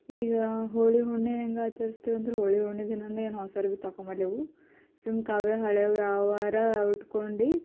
ಈಗ ಹೋಳಿ ಹುಣ್ಮಿ ಹೆಂಗೆ ಆಚರಿಸ್ತೇವೆ ಅಂದ್ರೆ ಹೋಳಿ ಹುಣ್ಮಿ ದಿನಯೇನು ಹೊಸ ಅರ್ವಿ ತೊಗೊಳಲ್ಲೆವು ಸುಮ್ಮ ಅವೇ ಹಳೇವು ಯಾವಾರು ಉಟ್ಕೊಂಡು